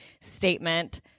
statement